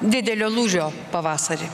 didelio lūžio pavasarį